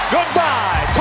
Goodbye